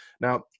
Now